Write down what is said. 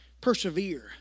Persevere